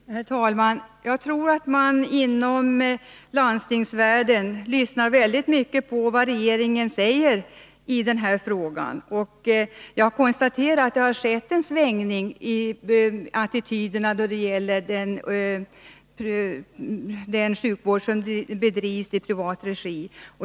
Herr talman! Jag tror att man inom landstingsvärlden lyssnar mycket noga på vad regeringen säger i den här frågan. Jag konstaterar att det har skett en svängning i attityderna då det gäller den sjukvård som bedrivs i privat regi.